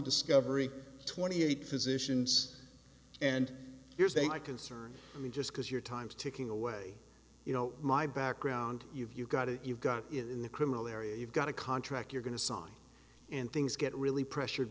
discovery twenty eight physicians and here's a guy concerned me just because your time's ticking away you know my background you've got it you've got it in the criminal area you've got a contract you're going to sign and things get really pressured